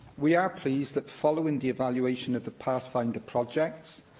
we are pleased that, following the evaluation of the pathfinder projects,